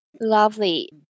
lovely